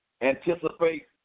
anticipate